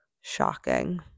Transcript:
shocking